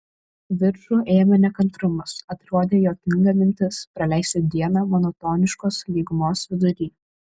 viršų ėmė nekantrumas atrodė juokinga mintis praleisti dieną monotoniškos lygumos vidury